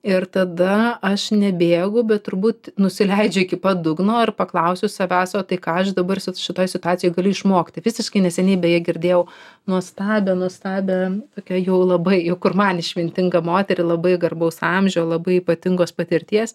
ir tada aš nebėgu bet turbūt nusileidžiu iki pat dugno ir paklausiu savęs o tai ką aš dabar su šitoj situacijoj galiu išmokti visiškai neseniai beje girdėjau nuostabią nuostabią tokią jau labai jau kur man išmintingą moterį labai garbaus amžiaus labai ypatingos patirties